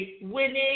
winning